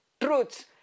truths